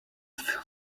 feel